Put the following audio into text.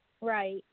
right